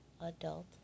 adult